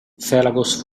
felagos